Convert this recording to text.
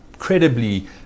incredibly